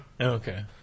Okay